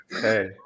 hey